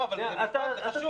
לא, אבל זה חשוב.